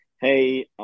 hey